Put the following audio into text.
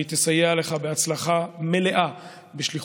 והיא תסייע לך בהצלחה מלאה בשליחותך.